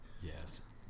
yes